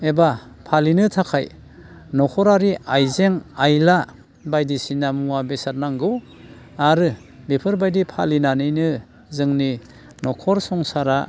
एबा फालिनो थाखाय न'खरारि आइजें आयला बायदिसिना मुवा बेसाद नांगौ आरो बेफोरबायदि फालिनानैनो जोंनि न'खर संसारा